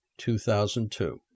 2002